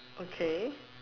okay